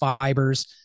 fibers